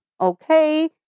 Okay